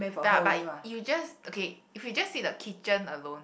but but you just okay if you just need the kitchen alone